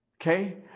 Okay